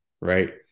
right